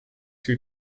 two